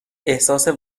احساس